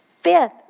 Fifth